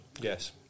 Yes